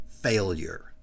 failure